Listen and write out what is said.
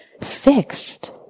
fixed